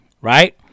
right